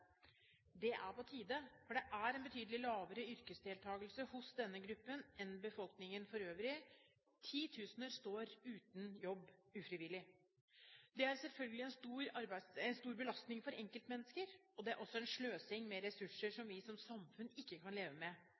Det er på tide, for det er en betydelig lavere yrkesdeltakelse hos denne gruppen enn i befolkningen for øvrig – titusener står uten jobb ufrivilling. Dette er selvfølgelig en stor belastning for enkeltmennesker, og det er også en sløsing med ressurser som vi som samfunn ikke kan leve med.